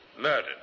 Murdered